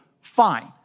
fine